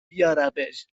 میارمش